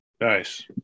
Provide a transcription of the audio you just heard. nice